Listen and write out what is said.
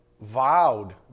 vowed